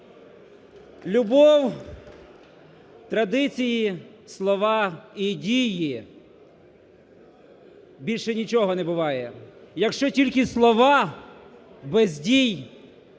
Любов, традиції, слова і дії – більше нічого не буває. Якщо тільки слова без дій